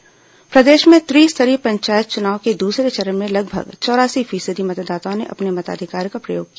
पंचायत चुनाव प्रदेश में त्रिस्तरीय पंचायत चुनाव के दूसरे चरण में लगभग चौरासी फीसदी मतदाताओं ने अपने मताधिकार का प्रयोग किया